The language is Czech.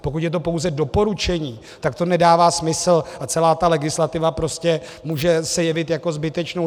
Pokud je to pouze doporučení, tak to nedává smysl a celá ta legislativa může se jevit jako zbytečnou.